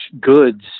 goods